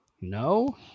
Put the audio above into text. No